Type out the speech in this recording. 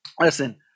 Listen